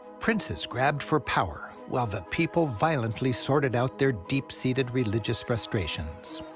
princes grabbed for power while the people violently sorted out their deep-seated religious frustrations.